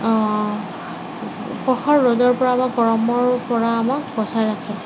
প্ৰখৰ ৰ'দৰ পৰা বা গৰমৰ পৰা আমাক বচাই ৰাখে